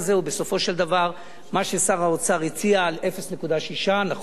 בסופו של דבר, מה ששר האוצר הציע, על 0.6%, נכון?